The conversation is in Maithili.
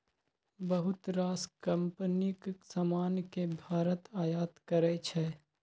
बहुत रास कंपनीक समान केँ भारत आयात करै छै